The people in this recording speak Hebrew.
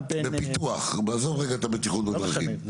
בפיתוח, עזוב רגע את הבטיחות בדרכים.